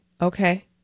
Okay